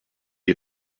you